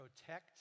protect